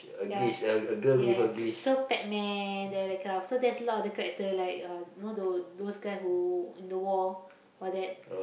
ya yeah so Pac-Man there that kind of so there's a lot of other character like uh you know those those kind who in the war all that